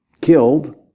killed